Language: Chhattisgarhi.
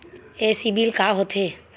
ये सीबिल का होथे?